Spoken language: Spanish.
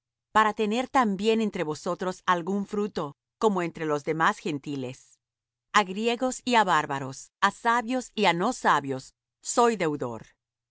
para tener también entre vosotros algún fruto como entre los demás gentiles a griegos y á bárbaros á sabios y á no sabios soy deudor